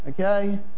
Okay